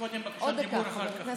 קודם בקשות דיבור ואחר כך,